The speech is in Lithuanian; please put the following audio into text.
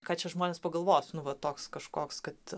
ką čia žmonės pagalvos nu va toks kažkoks kad